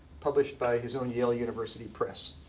published by his own yale university press.